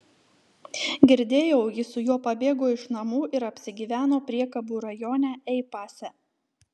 girdėjau ji su juo pabėgo iš namų ir apsigyveno priekabų rajone ei pase